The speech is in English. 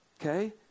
okay